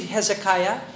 Hezekiah